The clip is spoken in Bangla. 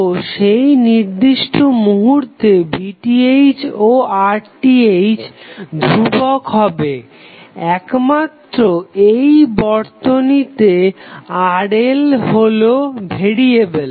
তো সেই নির্দিষ্ট মুহুর্তে VTh ও RTh ধ্রুবক হবে একমাত্র এই বর্তনীতে RL হলো ভ্যেরিয়েবেল